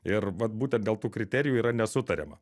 ir vat būtent dėl tų kriterijų yra nesutariama